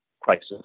crisis